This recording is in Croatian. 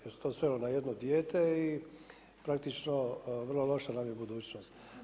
Jer se to svelo na jedno dijete i praktično vrlo loša nam je budućnost.